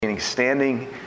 standing